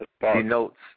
denotes